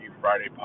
Friday